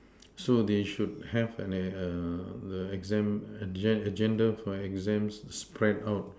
so they should have an a err the exam agen~ agenda for exams spread out